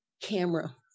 camera